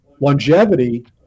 longevity